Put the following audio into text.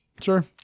Sure